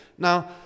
Now